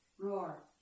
Roar